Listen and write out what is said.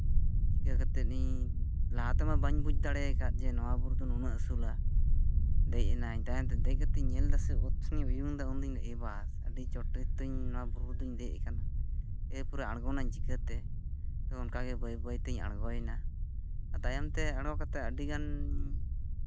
ᱪᱤᱠᱟᱹ ᱠᱟᱛᱮᱫ ᱤᱧ ᱞᱟᱦᱟ ᱛᱮᱢᱟ ᱵᱟᱹᱧ ᱵᱩᱡᱽ ᱫᱟᱲᱮᱭᱟᱠᱟᱫ ᱡᱮ ᱱᱚᱣᱟ ᱵᱩᱨᱩ ᱫᱚ ᱱᱩᱱᱟᱹᱜ ᱩᱥᱩᱞᱟ ᱫᱮᱡ ᱮᱱᱟᱧ ᱛᱟᱭᱚᱢᱛᱮ ᱫᱮᱡ ᱠᱟᱛᱤᱧ ᱧᱮᱞ ᱮᱫᱟᱥᱮ ᱚᱛ ᱥᱮᱱᱤᱧ ᱩᱭᱩᱝᱫᱟ ᱩᱱᱫᱩᱧ ᱢᱮᱱᱫᱟ ᱮᱭᱼᱵᱟᱥ ᱟᱹᱰᱤ ᱪᱚᱴᱛᱤᱧ ᱱᱚᱣᱟ ᱵᱩᱨᱩ ᱨᱮᱫᱚᱧ ᱫᱮᱡ ᱟᱠᱟᱱᱟ ᱮᱨᱯᱚᱨᱮ ᱟᱬᱜᱚᱱᱟᱹᱧ ᱪᱤᱠᱟᱹᱛᱮ ᱛᱳ ᱚᱱᱠᱟᱜᱮ ᱵᱟᱹᱭ ᱵᱟᱹᱭᱛᱤᱧ ᱟᱬᱜᱳᱭᱮᱱᱟ ᱛᱟᱭᱚᱢᱛᱮ ᱟᱬᱜᱚ ᱠᱟᱛᱮᱫ ᱟᱹᱰᱤᱜᱟᱱ